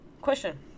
question